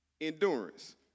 endurance